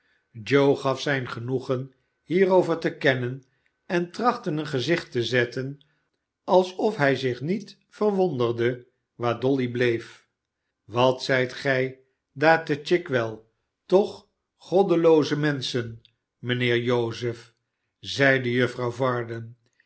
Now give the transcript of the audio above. gaf zijn genoegen hierover te kennen en trachtte een gezicht te zetten alsof hij zich niet verwonderde waar dolly bleef wat zijt gij daar te chigwell toch goddelooze menschen mijnheer joseph zeide juffrouw varden